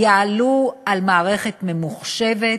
יועלו על מערכת ממוחשבת,